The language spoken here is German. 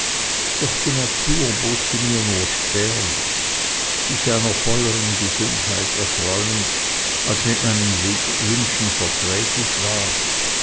doch die natur bot sie mir nur spärlich sich einer volleren gesundheit erfreuend als mit meinen wünschen verträglich war